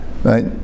Right